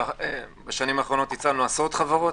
בשנים האחרונות הצלנו עשרות חברות